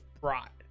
brought